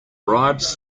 bribes